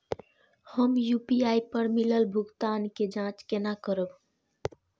हम यू.पी.आई पर मिलल भुगतान के जाँच केना करब?